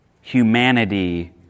humanity